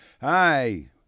Hi